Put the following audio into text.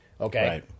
Okay